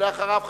ואחריו,